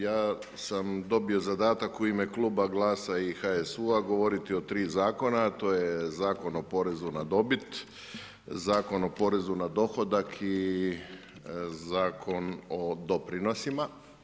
Ja sam dobio zadatak u ime kluba Glasa i HSU-a govoriti o tri zakona, a to je Zakon o porezu na dobit, Zakon o porezu na dohodak i Zakon o doprinosima.